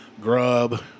grub